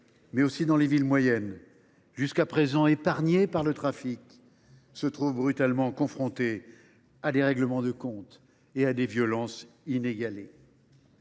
mais aussi dans les villes moyennes, jusqu’à présent épargnées par le trafic, se trouvent brutalement confrontés à des règlements de comptes et à des violences inégalées.